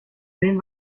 sehen